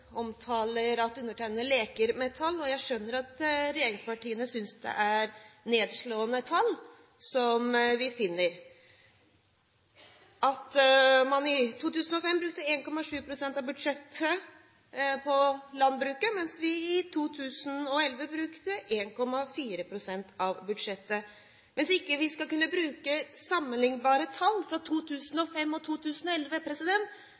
at undertegnede leker med tall. Jeg skjønner at regjeringspartiene synes det er nedslående tall vi finner, at man i 2005 brukte 1,7 pst. av budsjettet på landbruket, mens vi i 2011 brukte 1,4 pst. Hvis vi ikke skal kunne bruke sammenlignbare tall fra